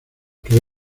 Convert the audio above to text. que